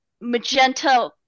magenta